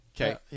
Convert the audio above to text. Okay